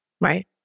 right